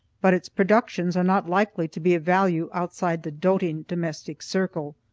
but its productions are not likely to be of value outside the doting domestic circle.